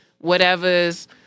whatever's